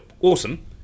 awesome